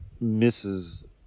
misses